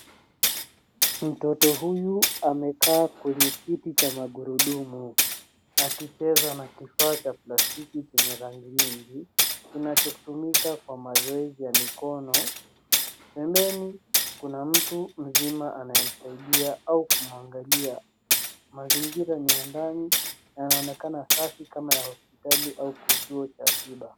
Mtoto huyu amekaa kwenye kiti cha magurudumu akicheza na kifaa cha plastiki chenye rangi nyingi kinachotumika kwa mazoezi ya mikono. Pembeni kuna mtu mzima anayemsaidia au kumwangalia. Mazingira ni ya ndani na yanaonekana safi kama ya hospitali au kituo cha tiba.